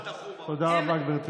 תודה רבה, גברתי.